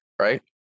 right